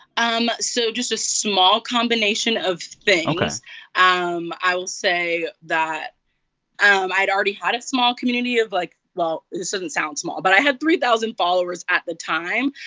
um so just a small combination of things ok um i will say that um i had already had a small community of, like well, this doesn't sound small. but i had three thousand followers at the time,